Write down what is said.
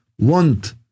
want